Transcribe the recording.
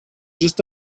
just